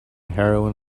heroin